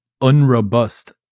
unrobust